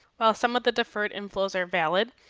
while some of the deferred inflows are valid,